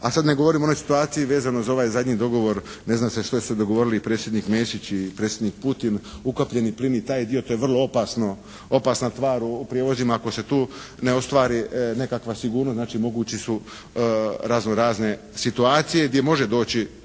sada ne govorim o onoj situaciji vezano za ovaj zadnji dogovor, ne zna se što su se dogovorili predsjednik Mesić i predsjednik Putin ukapljeni plin i taj dio to je vrlo opasna tvar u prijevozima, ako se tu ne ostvari nekakva sigurnost znači moguće su razno razne situacije gdje može doći,